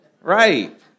Right